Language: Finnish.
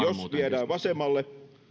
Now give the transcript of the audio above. jos viedään vasemmalle